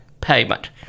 payment